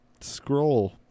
scroll